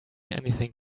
anything